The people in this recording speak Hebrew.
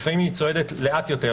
לפעמים היא צועדת לאט יותר.